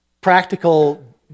practical